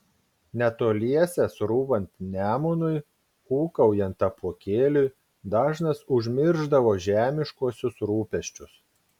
netoliese srūvant nemunui ūkaujant apuokėliui dažnas užmiršdavo žemiškuosius rūpesčius